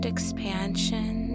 Expansion